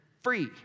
free